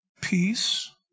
peace